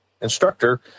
instructor